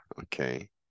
okay